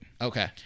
Okay